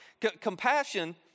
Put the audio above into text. Compassion